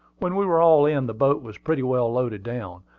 when we were all in, the boat was pretty well loaded down.